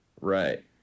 right